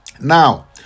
Now